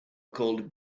called